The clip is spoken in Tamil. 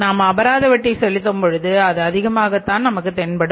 நாம் அபராத வட்டி செலுத்தும் பொழுது அது அதிகமாகத்தான் நமக்குத் தென்படும்